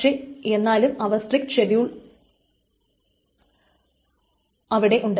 പക്ഷെ എന്നാലും അവിടെ സ്ട്രിക്റ്റ് ഷെഡ്യൂൾ ഉണ്ട്